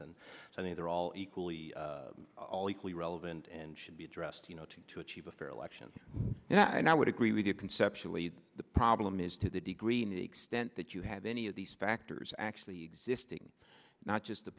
so they're all equally all equally relevant and should be addressed you know to to achieve a fair election yeah and i would agree with you conceptually the problem is to the degree and the extent that you have any of these factors actually existing not just the